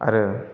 आरो